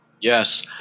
yes